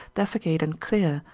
defecate and clear,